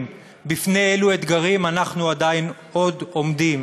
בפני אילו אתגרים אנחנו עדיין עומדים.